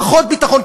פחות ביטחון.